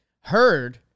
heard